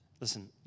listen